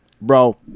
Bro